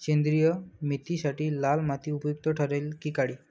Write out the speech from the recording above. सेंद्रिय मेथीसाठी लाल माती उपयुक्त ठरेल कि काळी?